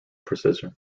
precision